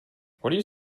what